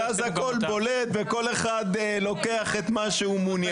ואז הכל בולט וכל אחד לוקח את מה שהוא מעוניין.